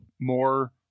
more